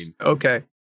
Okay